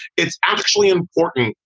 it's actually important.